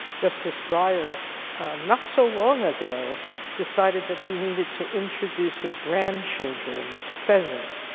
justice breyer not so long ago decided that he needed to introduce his grandchildren to pheasant.